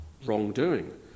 wrongdoing